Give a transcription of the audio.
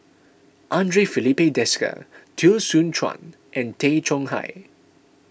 andre Filipe Desker Teo Soon Chuan and Tay Chong Hai